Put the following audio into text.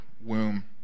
womb